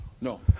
No